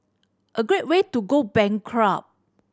a great way to go bankrupt